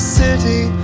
city